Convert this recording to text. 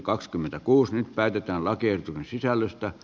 nyt päätetään lakiehdotuksen sisällöstä